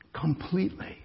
completely